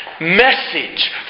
Message